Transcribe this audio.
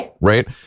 right